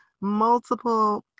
multiple